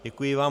Děkuji vám.